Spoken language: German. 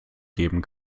geben